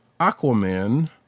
Aquaman